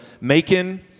Macon